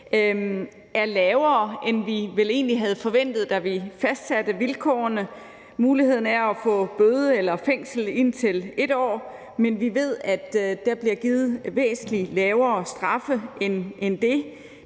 vi vel egentlig havde forventet, da vi fastsatte vilkårene. Muligheden er at få bøde eller fængsel i indtil 1 år, men vi ved, at der bliver givet væsentlig lavere straffe end det.